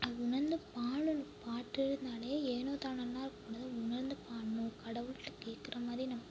உணர்ந்து பாடணும் பாடினாலே ஏனோதானோலாம் இருக்கக்கூடாது உணர்ந்து பாடணும் கடவுள்கிட்ட கேக்கிற மாதிரி நம்ம வந்து